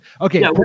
Okay